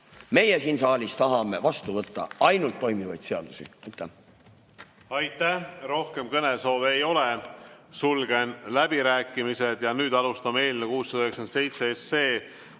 Meie siin saalis tahame vastu võtta ainult toimivaid seadusi. Aitäh! Aitäh! Rohkem kõnesoove ei ole. Sulgen läbirääkimised. Nüüd alustame eelnõu 697